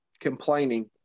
complaining